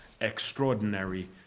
extraordinary